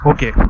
Okay